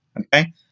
okay